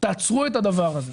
תעצרו את הדבר הזה.